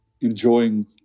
enjoying